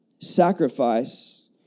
sacrifice